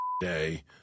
day